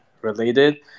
related